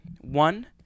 one